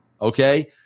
okay